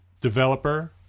developer